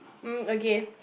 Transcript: um okay